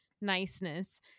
niceness